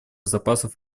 запасов